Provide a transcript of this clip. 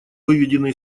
выведенный